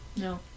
No